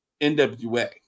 NWA